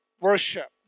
worship